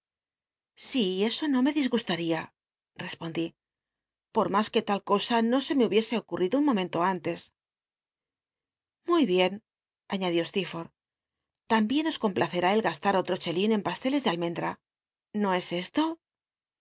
si eso no me di guslaria respondí por mas que lal cosa no se me hubiese ocnl'l'ido un momento arites luy bien aíi rdió stcel'forlh lambien os complacerá el gastar otro chelín en pasteles de almendra no es esto